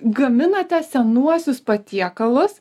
gaminate senuosius patiekalus